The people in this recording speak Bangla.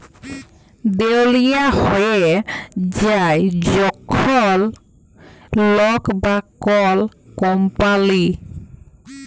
দেউলিয়া হঁয়ে যায় যখল লক বা কল কম্পালি